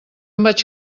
vaig